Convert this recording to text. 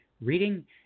reading